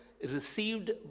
Received